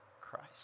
Christ